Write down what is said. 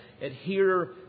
adhere